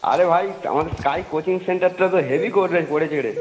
আরে ভাই স্ আমাদের স্কাই কোচিং সেন্টারটা তো হেভি করে করেছে রে